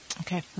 Okay